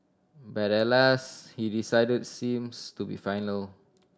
but alas he decided seems to be final